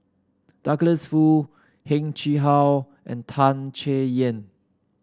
Douglas Foo Heng Chee How and Tan Chay Yan